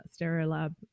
Stereolab